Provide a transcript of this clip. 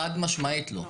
חד משמעית לא.